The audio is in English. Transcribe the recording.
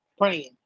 praying